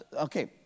okay